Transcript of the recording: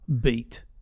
Beat